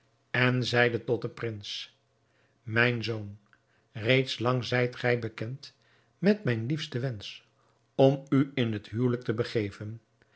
en zeide tot den prins mijn zoon reeds lang zijt gij bekend met mijn liefsten wensch om u in het huwelijk te begeven